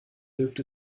hilft